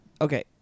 Okay